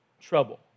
trouble